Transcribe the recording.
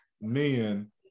men